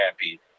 happy